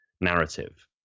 narrative